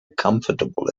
comfortable